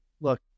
look